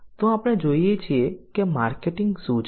તો આપણે જોઈએ છીએ કે માર્કેટિંગ શું છે